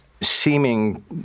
seeming